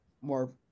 more